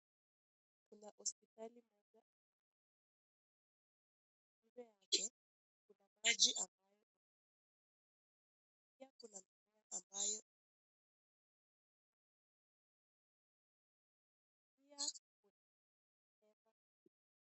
Kuna hospitsli moja. Hapa kwa hali hii idara inafaa kufanya jambo.